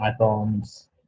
iPhones